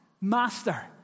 master